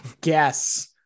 guess